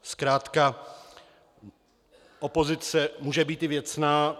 Zkrátka opozice může být i věcná.